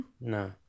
No